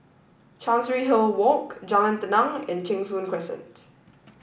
Chancery Hill Walk Jalan Tenang and Cheng Soon Crescent